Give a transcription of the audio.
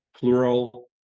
plural